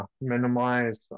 minimize